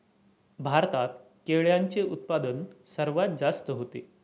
भारतात केळ्यांचे उत्पादन सर्वात जास्त होते